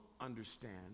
understand